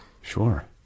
Sure